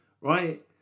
right